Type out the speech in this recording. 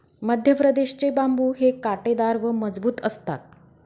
मध्यप्रदेश चे बांबु हे काटेदार व मजबूत असतात